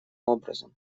образом